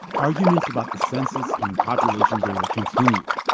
arguments about the census and population data continued,